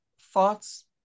thoughts